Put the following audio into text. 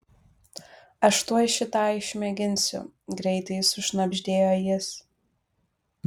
aš tuoj šį tą išmėginsiu greitai sušnabždėjo jis